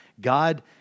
god